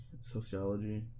Sociology